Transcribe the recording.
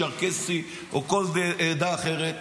צ'רקסי או כל עדה אחרת,